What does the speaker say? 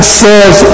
says